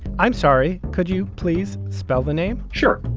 i'm sorry, could you please spell the name? sure.